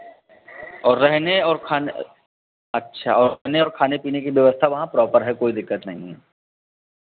और रहने और खाने अच्छा रहने और खाने पीने की व्यवस्था वहाँ प्रॉपर है कोई दिक्कत नहीं है